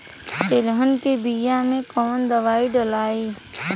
तेलहन के बिया मे कवन दवाई डलाई?